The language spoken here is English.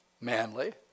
manly